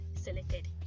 selected